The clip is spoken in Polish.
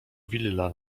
willa